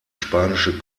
spanische